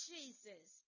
Jesus